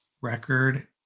record